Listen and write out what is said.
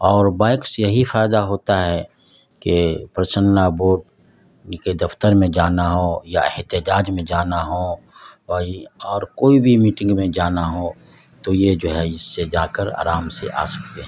اور بائک سے یہی فائدہ ہوتا ہے کہ پرسنل لاء بورڈ کے دفتر میں جانا ہو یا احتجاج میں جانا ہو اور کوئی بھی میٹنگ میں جانا ہو تو یہ جو ہے اس سے جا کر آرام سے آ سکتے